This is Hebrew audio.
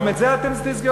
גם את זה אתם תסגרו?